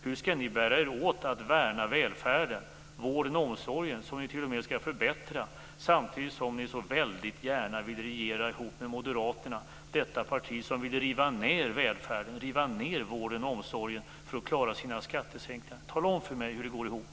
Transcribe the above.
Hur skall ni bära er åt för att värna välfärden - ni skall t.o.m. förbättra vården och omsorgen - samtidigt som ni så väldigt gärna vill regera ihop med Moderaterna, detta parti som vill riva ned välfärden - vården och omsorgen - för att klara sina skattesänkningar? Tala om för mig hur det går ihop.